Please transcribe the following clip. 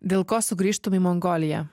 dėl ko sugrįžtum į mongoliją